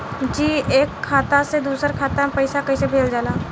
जी एक खाता से दूसर खाता में पैसा कइसे भेजल जाला?